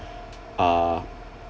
uh